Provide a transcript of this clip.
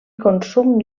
consum